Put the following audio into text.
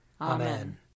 Amen